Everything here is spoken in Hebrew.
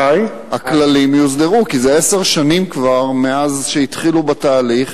כי זה כבר עשר שנים מאז התחילו בתהליך.